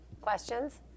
Questions